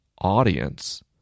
audience